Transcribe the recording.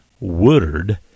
woodard